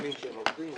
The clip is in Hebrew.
יש ימים שהם עובדים.